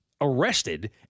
arrested